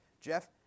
Jeff